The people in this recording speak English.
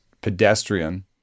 pedestrian